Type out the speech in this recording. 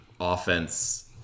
offense